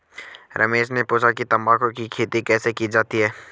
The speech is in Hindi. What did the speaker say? रमेश ने पूछा कि तंबाकू की खेती कैसे की जाती है?